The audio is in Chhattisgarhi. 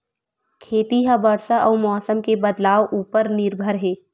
खेती हा बरसा अउ मौसम के बदलाव उपर निर्भर हे